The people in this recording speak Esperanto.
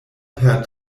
per